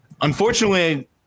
unfortunately